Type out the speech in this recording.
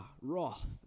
wrath